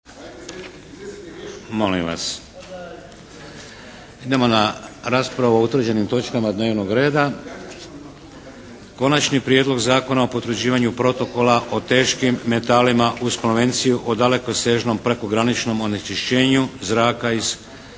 Molim vas. Idemo na raspravu o utvrđenim točkama dnevnog reda: - Konačni prijedlog Zakona o potvrđivanju Protokola o teškim metalima uz Konvenciju o dalekosežnom prekograničnom onečišćenju zraka iz